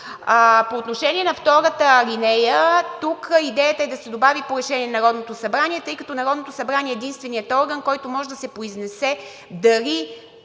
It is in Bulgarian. По отношение на втората алинея. Тук идеята е да се добави „по решение на Народното събрание“, тъй като Народното събрание е единственият орган, който може да се произнесе дали